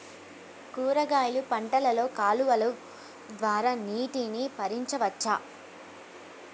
కూరగాయలు పంటలలో కాలువలు ద్వారా నీటిని పరించవచ్చా?